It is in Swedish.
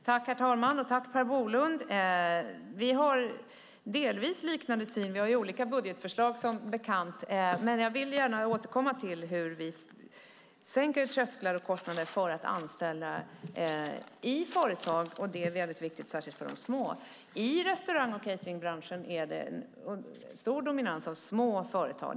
Herr talman! Vi har delvis en liknande syn. Vi har som bekant olika budgetförslag. Men jag vill gärna återkomma till hur vi sänker trösklar och kostnader för företagen att anställa. Det är mycket viktigt, särskilt för de små företagen. I restaurang och cateringbranschen är det en stor dominans av små företag.